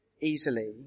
easily